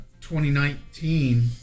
2019